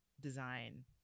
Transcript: design